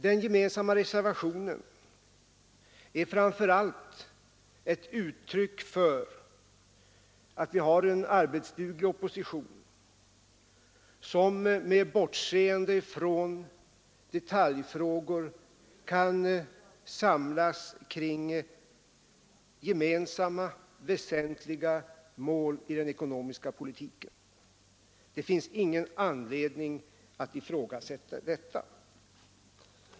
Den gemensamma reservationen är framför allt ett uttryck för att vi har en arbetsduglig opposition, som med bortseende från detaljfrågor kan samlas kring gemensamma, viktiga mål i den ekonomiska politiken. Det finns ingen anledning att ifrågasätta detta.